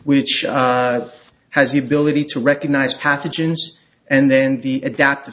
which has the ability to recognize pathogens and then the adapt